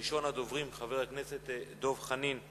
ראשון הדוברים, חבר הכנסת דב חנין,